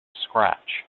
scratch